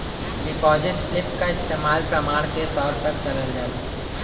deposit slip क इस्तेमाल प्रमाण के तौर पर करल जाला